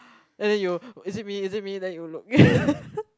and then you is it me is it me then you look